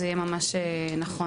זה יהיה ממש נכון.